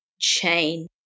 chain